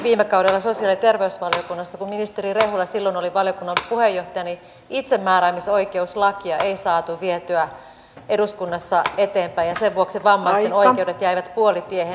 viime kaudella sosiaali ja terveysvaliokunnassa kun ministeri rehula silloin oli valiokunnan puheenjohtaja itsemääräämisoikeuslakia ei saatu vietyä eduskunnassa eteenpäin ja sen vuoksi vammaisten oikeudet jäivät puolitiehen